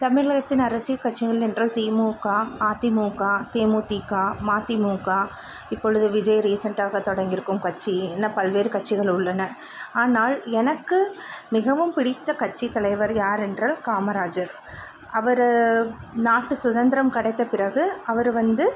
தமிழகத்தின் அரசியல் கட்சிகள் என்றால் திமுக அதிமுக தேமுதிக மதிமுக இப்பொழுது விஜய் ரீசென்ட்டாக தொடங்கி இருக்கும் கட்சி என பல்வேறு கட்சிகள் உள்ளன ஆனால் எனக்கு மிகவும் பிடித்த கட்சி தலைவர் யார் என்றால் காமராஜர் அவர் நாட்டு சுதந்திரம் கிடைத்த பிறகு அவர் வந்து